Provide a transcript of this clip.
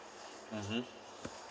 mmhmm